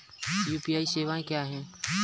UPI सवायें क्या हैं?